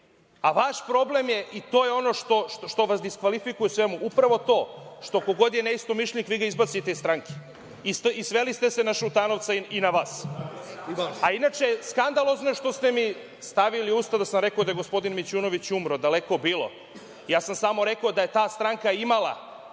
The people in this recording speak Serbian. vaš problem je, i to je ono što vas diskvalifikuje u svemu, upravo to što ko god je neistomišljenik, vi ga izbacite iz stranke. Sveli ste se na Šutanovca i na vas. Inače, skandalozno je što ste mi stavili u usta da sam rekao da je gospodin Mićunović umro. Daleko bilo. Ja sam samo rekao da je ta stranka imala